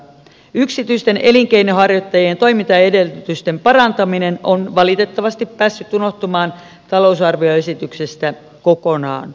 yksityisten elinkeinonharjoittajien toimintaedellytysten parantaminen on valitettavasti päässyt unohtumaan talousarvioesityksestä kokonaan